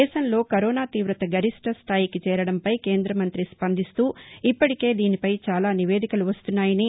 దేశంలో కరోనా తీవత గరిష్ణ స్థాయికి చేరడంపై కేంద్ర మంతి స్పందిస్తూ ఇప్పటికే దీనిపై చాలా నివేదికలు వస్తున్నాయని